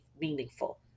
meaningful